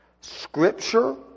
scripture